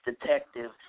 detective